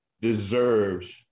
deserves